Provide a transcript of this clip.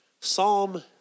Psalm